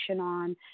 on